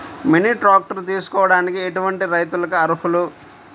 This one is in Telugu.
మినీ ట్రాక్టర్ తీసుకోవడానికి ఎటువంటి రైతులకి అర్హులు?